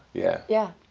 yeah. yeah.